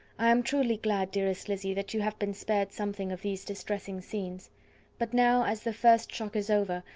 i am truly glad, dearest lizzy, that you have been spared something of these distressing scenes but now, as the first shock is over,